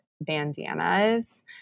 bandanas